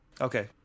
Okay